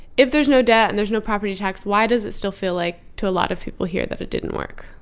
if there's no debt and there's no property tax, why does it still feel like, to a lot of people here, that it didn't work?